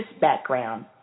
background